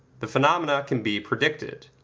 the phenomena can be predicted.